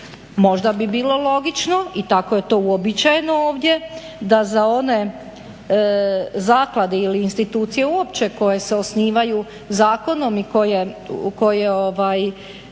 Možda bi bilo logično i tako je to uobičajeno ovdje da za one zaklade ili institucije uopće koje se osnivaju zakonom i koje biraju